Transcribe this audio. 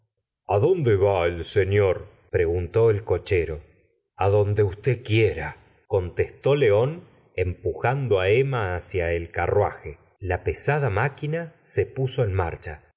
adónde va el señor preguntó el cochero adonde usted quiera contestó león empujando á emma hacia el carruaje la pesada máquina se puso en marcha